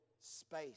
space